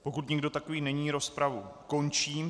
Pokud nikdo takový není, rozpravu končím.